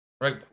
right